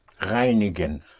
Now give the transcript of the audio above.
Reinigen